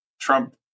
Trump